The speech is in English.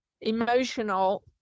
emotional